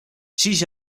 siis